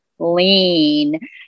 lean